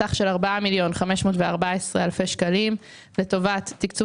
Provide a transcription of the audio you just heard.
סך של 4,514,000 שקלים לטובת תקצוב